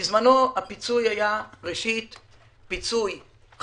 בזמנו הפיצוי היה ראשית חד-פעמי.